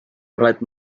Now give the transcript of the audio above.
light